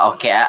Okay